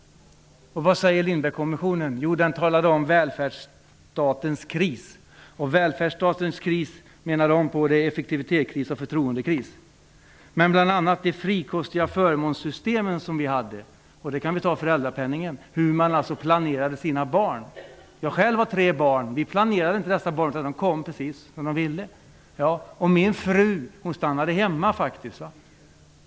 Och vad säger den? Jo, den talar om välfärdsstatens kris. Välfärdsstatens kris är, menar kommissionen, en effektivitets och förtroendekris. Se bl.a. på de frikostiga förmånssystem som vi hade, t.ex. föräldrapenningen, hur man planerade sina barn! Jag själv har tre barn. Vi planerade inte dem, utan de kom precis som de ville. Och min fru stannade hemma.